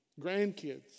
Grandkids